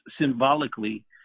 symbolically